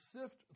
sift